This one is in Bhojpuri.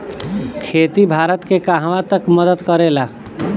खेती भारत के कहवा तक मदत करे ला?